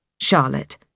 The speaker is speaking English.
Charlotte